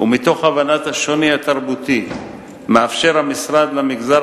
ומתוך הבנת השוני התרבותי מאפשר המשרד למגזר